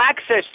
access